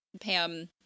pam